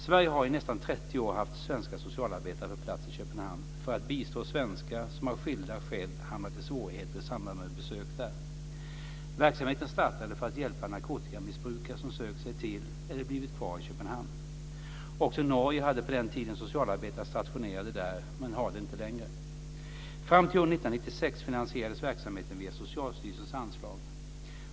Sverige har i nästan 30 år haft svenska socialarbetare på plats i Köpenhamn för att bistå svenskar som av skilda skäl hamnat i svårigheter i samband med besök där. Verksamheten startade för att hjälpa narkotikamissbrukare som sökt sig till eller blivit kvar i Köpenhamn. Också Norge hade på den tiden socialarbetare stationerade där, men har det inte längre. Fram till år 1996 finansierades verksamheten via Socialstyrelsens anslag.